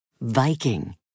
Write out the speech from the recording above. Viking